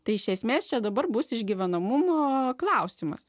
tai iš esmės čia dabar bus išgyvenamumo klausimas